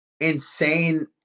insane